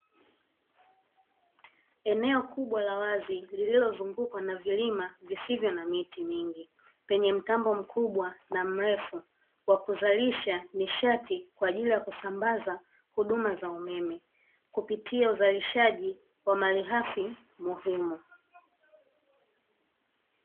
Eneo kubwa la wazi lililozungukwa na vilima visivyo na miti mingi, penye mtambo mkubwa na mrefu wa kuzalisha nishati kwa ajili ya kusambaza huduma za umeme kupitia uzalishaji wa malighafi muhimu.